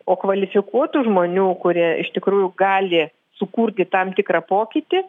o kvalifikuotų žmonių kurie iš tikrųjų gali sukurti tam tikrą pokytį